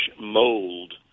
mold